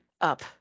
up